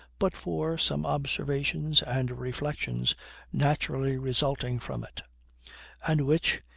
but for some observations and reflections naturally resulting from it and which,